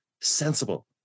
sensible